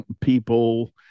people